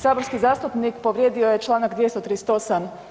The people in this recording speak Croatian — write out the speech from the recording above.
Saborski zastupnik povrijedio je članak 238.